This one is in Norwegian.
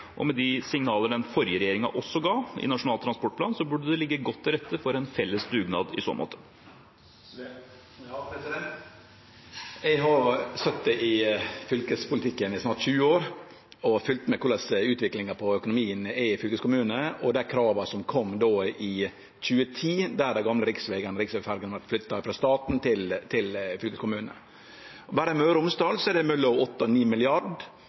Med de signaler den forrige regjeringen også ga i Nasjonal transportplan, burde det ligge godt til rette for en felles dugnad i så måte. Eg har sete i fylkespolitikken i snart 20 år og følgt med på korleis utviklinga i økonomien er i fylkeskommunane, og dei krava som kom i 2010, der dei gamle riksvegane og riksvegferjene vart flytta frå staten til fylkeskommunane. Berre i Møre og Romsdal er det mellom 8 og